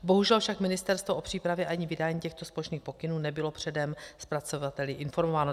Bohužel však ministerstvo o přípravě a vydání těchto společných pokynů nebylo předem zpracovateli informováno.